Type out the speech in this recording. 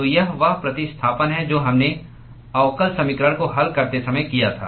तो यह वह प्रतिस्थापन है जो हमने अवकल समीकरण को हल करते समय किया था